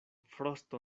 frosto